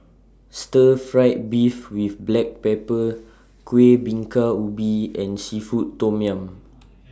Stir Fried Beef with Black Pepper Kueh Bingka Ubi and Seafood Tom Yum